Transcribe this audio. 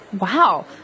Wow